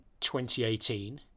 2018